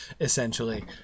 essentially